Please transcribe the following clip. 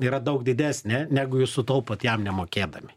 yra daug didesnė negu jūs sutaupot jam nemokėdami